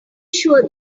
sure